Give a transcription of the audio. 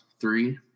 three